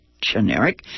generic